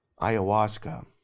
ayahuasca